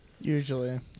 Usually